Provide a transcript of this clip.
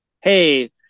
Hey